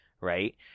right